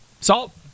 Salt